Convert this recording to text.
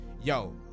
yo